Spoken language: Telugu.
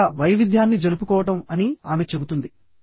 చివరగా వైవిధ్యాన్ని జరుపుకోవడం అని ఆమె చెబుతుంది